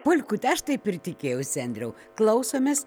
polkutę aš taip ir tikėjausi andriau klausomės